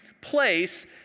place